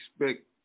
expect